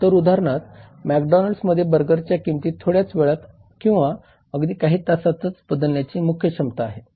तर उदाहरणार्थ मॅकडोनाल्ड्समध्ये बर्गरच्या किंमती थोड्याच वेळात किंवा अगदी काही तासातच बदलण्याची मुख्य क्षमता आहे